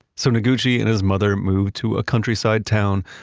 so noguchi and his mother moved to a countryside town,